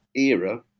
Era